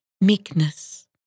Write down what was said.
meekness